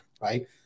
right